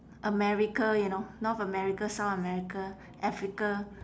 america you know north america south america africa